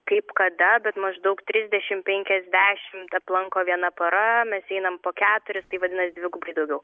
kaip kada bet maždaug trisdešim penkiasdešimt aplanko viena pora mes einam po keturis tai vadinas dvigubai daugiau